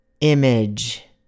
image